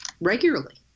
regularly